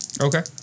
Okay